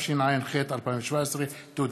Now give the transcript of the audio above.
התשע"ח 2017. תודה.